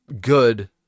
good